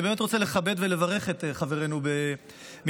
אני באמת רוצה לכבד ולברך את חברינו במשרד